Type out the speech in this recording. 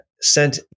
sent